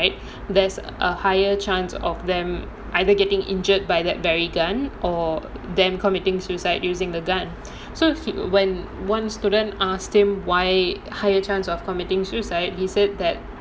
guns with them and everything right there's a higher chance of them either getting injured by that very gun or them committing suicide using the gun so he when one student asked him why higher chance of committing suicide he said that